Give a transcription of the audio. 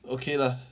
okay lah